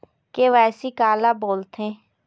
KYC काला बोलथें?